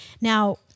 Now